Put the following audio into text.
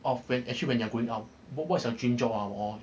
of when actually when you're growing up what's what's your dream job ah